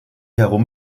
herum